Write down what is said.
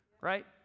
right